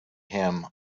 him